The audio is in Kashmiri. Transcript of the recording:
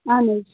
اَہَن حظ